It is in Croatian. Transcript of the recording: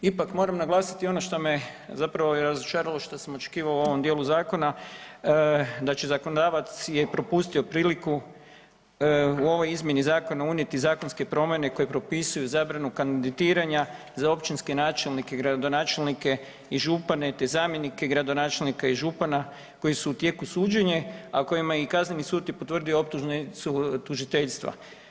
Ipak moram naglasiti ono što me zapravo razočaralo što sam očekivao u ovom dijelu zakona da će zakonodavac je propustio priliku u ovoj izmjeni zakona unijeti zakonske promjene koje propisuju zabranu kandidiranja za općinske načelnike i gradonačelnike i župane te zamjenike gradonačelnika i župana koji su u tijeku suđenja, a kojima je Kazneni sud potvrdio optužnicu tužiteljstva.